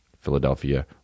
Philadelphia